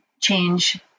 change